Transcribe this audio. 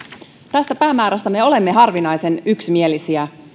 tästä päämäärästä me olemme harvinaisen yksimielisiä